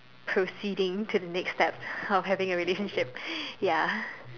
proceeding to the next step of having a relationship ya